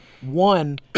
one